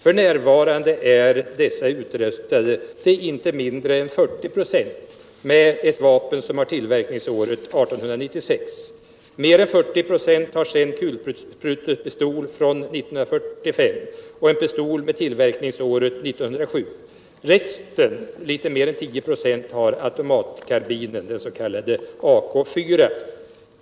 F. n. är soldaterna utrustade till inte mindre än 40 ",; med ett vapen som har tillverkningsåret 1896. Mcr än 40 ", har kulsprutepistoler från år 1945 och pistoler med ullverkningsåret 1907. Resten, litet mer än 10 "a, har automatkarbin, den s.k. Ak 4.